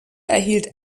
erhielt